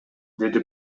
деди